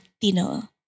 thinner